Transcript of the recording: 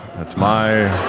that's my,